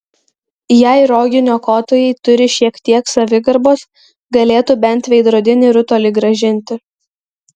jei rogių niokotojai turi šiek kiek savigarbos galėtų bent veidrodinį rutulį grąžinti